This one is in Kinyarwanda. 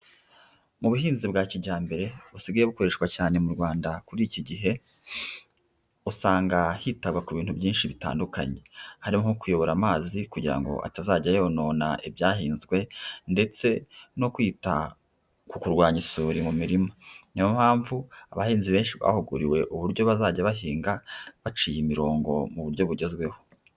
Mu buhinzi bwa kijyambere busigaye bukoreshwa cyane mu Rwanda kuri iki gihe, usanga hitabwa ku bintu byinshi bitandukanye, hari nko kuyobora amazi kugira ngo atazajya yonona ibyahinzwe ndetse no kwita ku kurwanya isuri mu mirima, niyo mpamvu abahinzi benshi bahuguriwe uburyo bazajya bahinga baciye imirongo mu buryo bugezweho.